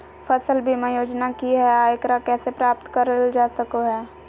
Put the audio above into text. फसल बीमा योजना की हय आ एकरा कैसे प्राप्त करल जा सकों हय?